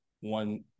One